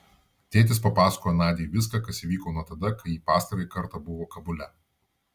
tėtis papasakojo nadiai viską kas įvyko nuo tada kai ji pastarąjį kartą buvo kabule